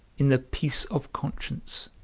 in the peace of conscience,